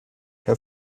her